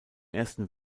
ersten